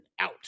out